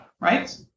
right